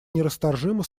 нерасторжимо